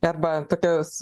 arba tokias